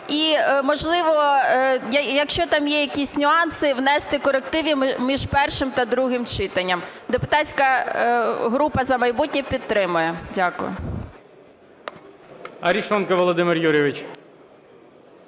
і, можливо, якщо там є якісь нюанси, внести корективи між першим та другим читанням. Депутатська група "За майбутнє" підтримує. Дякую.